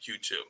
Q2